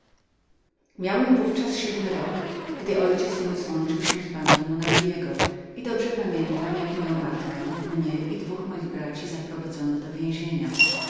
miałem w ówczas siódmy rok gdy mój ojciec złączył się z bandą monaldego i dobrze pomiętampamiętam jak moją matkę mnie i dwóch moich braci zaprowadzono do więzienia